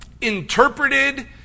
interpreted